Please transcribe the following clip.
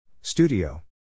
Studio